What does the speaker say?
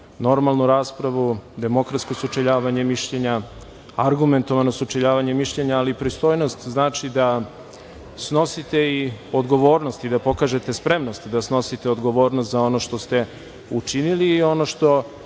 normalnu raspravu, demokratsko sučeljavanje mišljenja, argumentovano sučeljavanje mišljenja, ali pristojnost znači da snosite i odgovornost i da pokažete spremnost da snosite odgovornost za ono što ste učinili i ono što